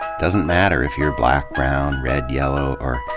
doesn't matter if you're black, brown, red, yellow, or,